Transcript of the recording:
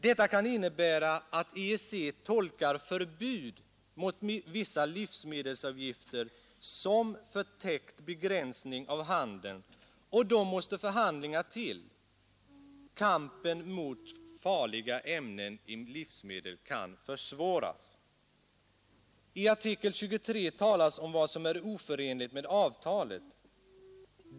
Detta kan innebära att EEC tolkar förbud mot vissa livsmedelsgifter som ”förtäckt begränsning” av handeln, och då måste förhandlingar till. Kampen mot farliga ämnen i livsmedel kan försvåras. I artikel 23 talas om vad som är oförenligt med avtalet.